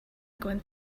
going